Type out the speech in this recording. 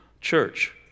church